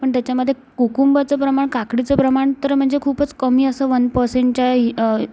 पण त्याच्यामधे कुकुंबरचं प्रमाण काकडीचं प्रमाण तर म्हणजे खूपच कमी असं वन परसेण्टच्या